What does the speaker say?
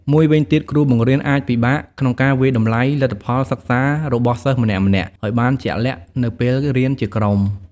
មួយវិញទៀតគ្រូបង្រៀនអាចពិបាកក្នុងការវាយតម្លៃលទ្ធផលសិក្សារបស់សិស្សម្នាក់ៗឲ្យបានជាក់លាក់ នៅពេលរៀនជាក្រុម។